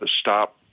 stop